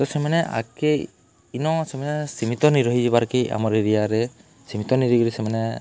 ତ ସେମାନେ ଆଗେ ସେମାନେ ସୀମିତ ନରହି ହୋଇଯିବାର କି ଆମର ଏରିଆରେ ସୀମିତ ନରହିକିରି ସେମାନେ